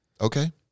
Okay